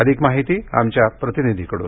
अधिक माहिती आमच्या प्रतिनिधीकडून